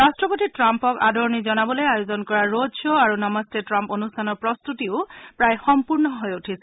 ৰাষ্ট্ৰপতি ট্ৰাম্পক আদৰণি জনাবলৈ আয়োজন কৰা ৰোড খ্ আৰু নমস্তে ট্ৰাম্প অনুষ্ঠানৰ প্ৰস্ত্ৰতি প্ৰায় সম্পূৰ্ণ হৈ উঠিছে